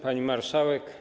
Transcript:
Pani Marszałek!